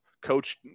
Coach